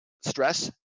Stress